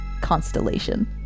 constellation